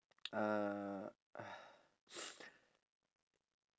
uh